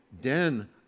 den